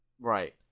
Right